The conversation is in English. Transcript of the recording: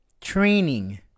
training